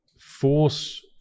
force